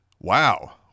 wow